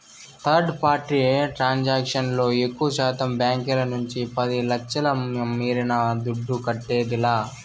third party transaction లో ఎక్కువశాతం బాంకీల నుంచి పది లచ్ఛల మీరిన దుడ్డు కట్టేదిలా